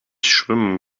schwimmen